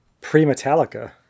pre-Metallica